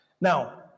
Now